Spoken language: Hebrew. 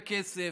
בכסף.